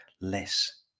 less